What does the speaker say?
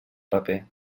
paper